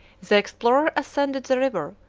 the explorer ascended the river,